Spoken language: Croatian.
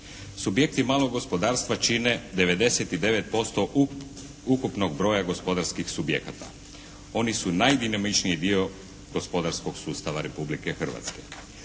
Subjekti malog gospodarstva čine 99% ukupnog broja gospodarskih subjekata. Oni su najdinamičniji dio gospodarskog sustava Republike Hrvatske.